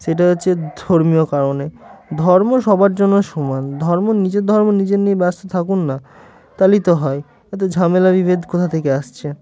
সেটা হচ্ছে ধর্মীয় কারণে ধর্ম সবার জন্য সমান ধর্ম নিজের ধর্ম নিজের নিয়ে ব্যস্ত থাকুন না তাহলেই তো হয় এত ঝামেলা বিভেদ কোথা থেকে আসছে